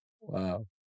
wow